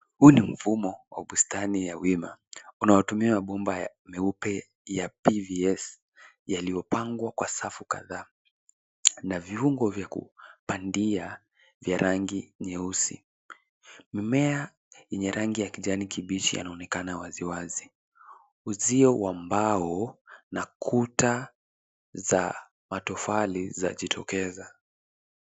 Huu ni mfumo wa bustani ya wima unaotumia mabomba meupe ya PVC yaliyopangwa kwa safu kadhaa na viungo vya kupandia vya rangi nyeusi. Mimea yenye rangi ya kijani kibichi yanaonekana waziwazi. Uzio wa mbao na kuta za matofali zajitokeza.